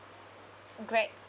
Grab